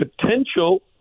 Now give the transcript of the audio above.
potential